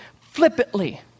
flippantly